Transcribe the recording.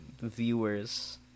viewers